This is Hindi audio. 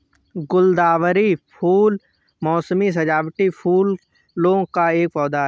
गुलदावरी फूल मोसमी सजावटी फूलों का एक पौधा है